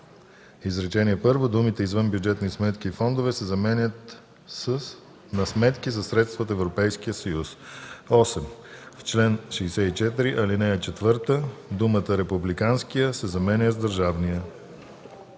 изречение първо думите „извънбюджетни сметки и фондове” се заменят с „на сметки за средства от Европейския съюз”. 8. В чл. 64, ал. 4 думата „републиканския” се заменя с „държавния”.”